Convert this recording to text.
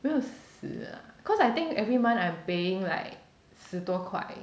六十啊 cause I think every month I'm paying like 十多块